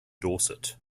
dorset